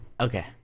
Okay